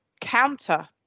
counter